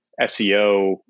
SEO